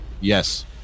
Yes